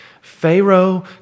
Pharaoh